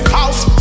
house